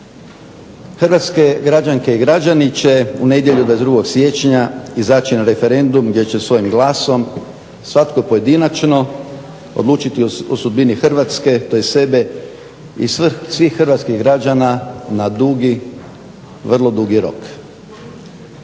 Hrvatske građanke i građani će u nedjelju 22. siječnja izaći na referendum gdje će svojim glasom svatko pojedinačno odlučiti o sudbini Hrvatske, tj. sebe i svih hrvatskih građana na vrlo dugi rok.